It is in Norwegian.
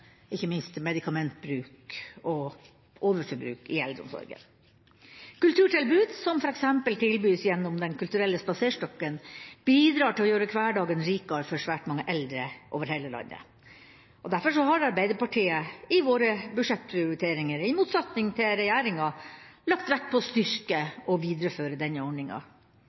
ikke minst det med medikamentbruk og overforbruk av medisiner i eldreomsorgen. Kulturtilbud, som f.eks. tilbys gjennom Den kulturelle spaserstokken, bidrar til å gjøre hverdagen rikere for svært mange eldre over hele landet. Derfor har Arbeiderpartiet i våre budsjettprioriteringer – i motsetning til regjeringa – lagt vekt på å styrke og videreføre denne ordninga.